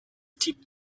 tip